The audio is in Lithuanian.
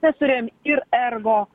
mes turėjom ir ergo